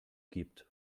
gibt